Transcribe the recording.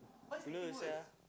blur sia